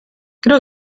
creo